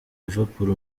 liverpool